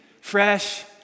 fresh